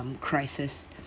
crisis